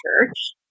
church